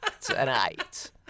tonight